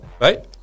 Right